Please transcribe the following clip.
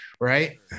right